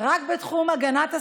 אומר.